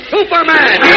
Superman